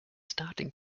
starting